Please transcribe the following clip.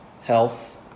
health